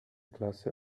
klasse